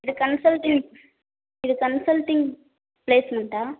இது கன்சல்ட்டிங் இது கன்சல்ட்டிங் பிளேஸ்மெண்ட்டா